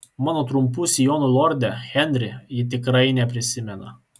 mano trumpų sijonų lorde henri ji tikrai neprisimena